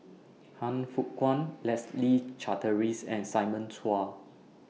Han Fook Kwang Leslie Charteris and Simon Chua